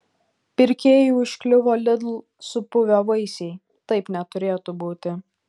pirkėjui užkliuvo lidl supuvę vaisiai taip neturėtų būti